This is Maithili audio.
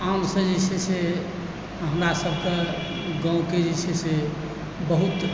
आमसँ जे छै से हमरा सभके गाँवके जे छै से बहुत